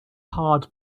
hard